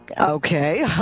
Okay